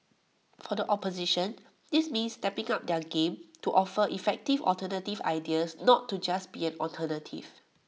for the opposition this means stepping up their game to offer effective alternative ideas not to just be an alternative